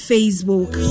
Facebook